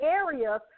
areas